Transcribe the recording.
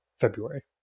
February